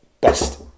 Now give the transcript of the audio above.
best